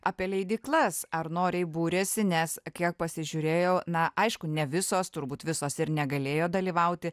apie leidyklas ar noriai būrėsi nes kiek pasižiūrėjau na aišku ne visos turbūt visos ir negalėjo dalyvauti